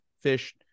fish